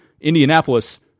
Indianapolis